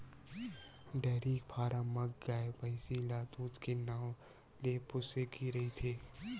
dairy farm म गाय, भइसी ल दूद के नांव ले पोसे गे रहिथे